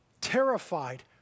terrified